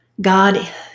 God